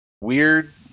weird